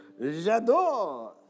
J'adore